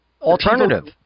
alternative